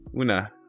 una